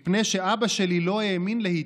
זאת מפני שאבא שלי לא האמין להיטלר.